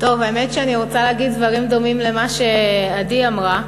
שאני רוצה להגיד דברים דומים למה שעדי אמרה.